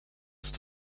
ist